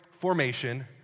formation